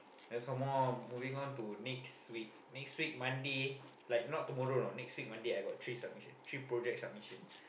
and some more moving on to next week next week Monday like not tomorrow you know next week Monday I got three submission three project submission